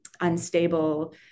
unstable